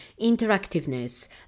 interactiveness